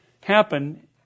happen